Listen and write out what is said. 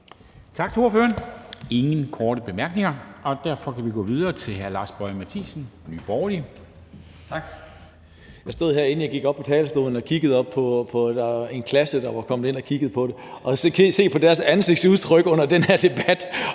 Tak til ordføreren. Der er ingen korte bemærkninger, og derfor kan vi gå videre til hr. Lars Boje Mathiesen, Nye Borgerlige.